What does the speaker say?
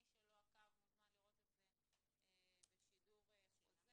מי שלא עקב, מוזמן לראות את זה בשידור חוזר.